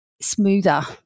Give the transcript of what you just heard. smoother